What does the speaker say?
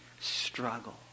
struggle